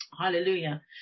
hallelujah